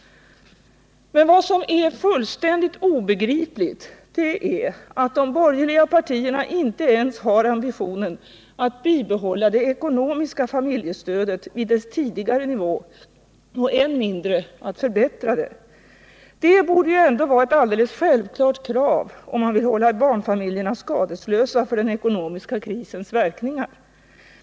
Vad som däremot är fullständigt obegripligt är, att de borgerliga partierna inte ens har ambitionen att bibehålla det ekonomiska familjestödet vid dess tidigare nivå, än mindre att förbättra det. Det borde ju ändå vara ett alldeles självklart krav, om man vill hålla barnfamiljerna skadeslösa för den ekonomiska krisens verkningar.